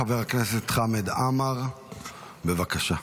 חבר הכנסת חמד עמאר, בבקשה.